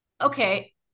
okay